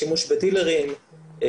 שימוש בדילרים,